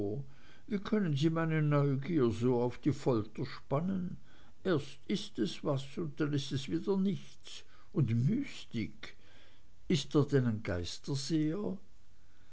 wie können sie meine neugier so auf die folter spannen erst ist es was und dann ist es wieder nichts und mystik ist er denn ein